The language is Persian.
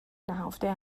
نهفته